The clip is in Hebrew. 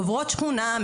עוברות שכונה,